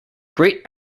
great